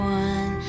one